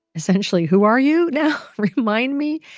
essentially who are you now? remind me.